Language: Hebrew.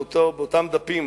באותם דפים,